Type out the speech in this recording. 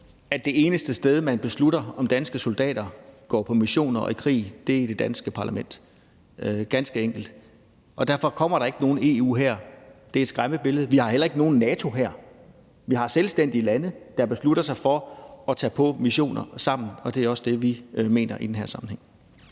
at det eneste sted, man beslutter, om danske soldater går på missioner og i krig, er i det danske parlament. Det er ganske enkelt. Og derfor kommer der ikke nogen EU-hær – det er et skræmmebillede. Vi har heller ikke nogen NATO-hær; vi har selvstændige lande, der beslutter sig for at tage på missioner sammen, og det er også det, vi mener i den her sammenhæng.